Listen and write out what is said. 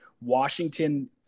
Washington